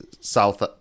South